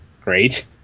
great